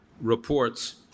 reports